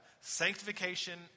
sanctification